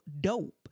dope